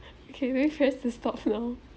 can we request to stop now